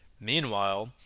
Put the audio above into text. Meanwhile